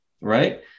Right